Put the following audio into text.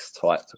type